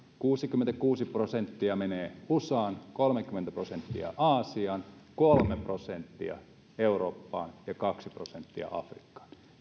kuusikymmentäkuusi prosenttia menee usaan kolmekymmentä prosenttia aasiaan kolme prosenttia eurooppaan ja kaksi prosenttia afrikkaan